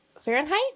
Fahrenheit